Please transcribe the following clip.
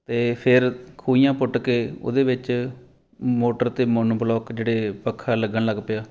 ਅਤੇ ਫਿਰ ਖੂਹੀਆਂ ਪੁੱਟ ਕੇ ਉਹਦੇ ਵਿੱਚ ਮੋਟਰ 'ਤੇ ਮੋਨੋਬਲੋਕ ਜਿਹੜੇ ਪੱਖਾ ਲੱਗਣ ਲੱਗ ਪਿਆ